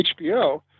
HBO